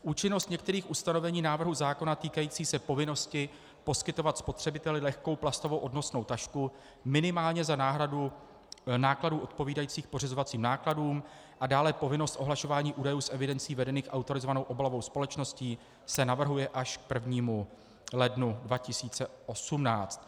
Účinnost některých ustanovení návrhu zákona týkajících se povinnosti poskytovat spotřebiteli lehkou plastovou odnosnou tašku minimálně za náhradu nákladů odpovídajících pořizovaným nákladům a dále povinnost ohlašování údajů z evidencí vedených autorizovanou obalovou společností se navrhuje až k 1. lednu 2018.